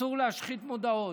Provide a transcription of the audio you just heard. אסור להשחית מודעות.